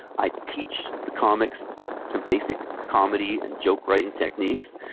i teach the comics some basic comedy and joke writing techniques,